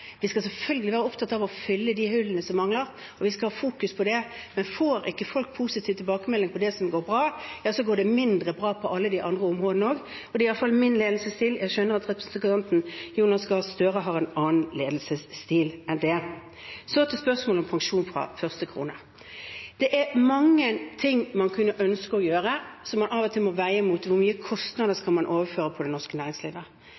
Vi skal selvfølgelig være opptatt av å fylle de hullene som mangler, og vi skal ha fokus på det. Men får ikke folk positive tilbakemeldinger på det som går bra, går det mindre bra på alle de andre områdene også. Dette er iallfall min ledelsesstil. Jeg skjønner at representanten Jonas Gahr Støre har en annen ledelsesstil enn det. Så til spørsmålet om pensjon fra første krone. Det er mange ting man kunne ønske å gjøre som man av og til må veie opp mot hvor mye kostnader man skal overføre på det norske næringslivet.